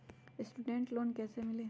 Student loan कैसे मिली?